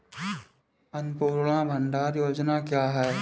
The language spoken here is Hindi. अन्नपूर्णा भंडार योजना क्या है?